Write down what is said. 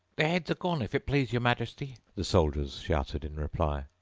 their heads are gone, if it please your majesty the soldiers shouted in reply.